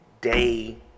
day